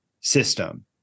system